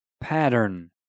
pattern